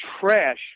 trash